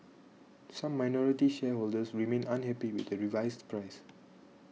some minority shareholders remain unhappy with the revised price